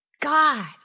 God